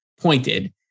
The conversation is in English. pointed